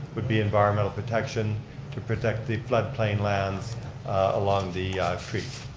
would be environmental protection to protect the flood plain lands along the creek.